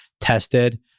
tested